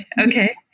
Okay